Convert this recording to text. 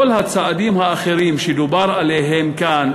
כל הצעדים האחרים שדובר עליהם כאן,